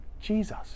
Jesus